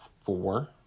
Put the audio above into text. Four